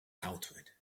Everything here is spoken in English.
outward